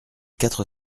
quatre